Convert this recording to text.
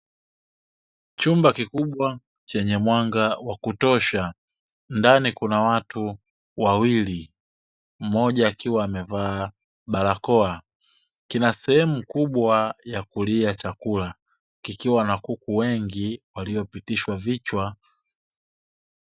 Chumba kikubwa chenye mwanga wa kutosha; ndani kuna watu wawili mmoja akiwa amevaa barakoa; kina sehemu kubwa ya kulia chakula kikiwa na kuku wengi waliopitishwa vichwa.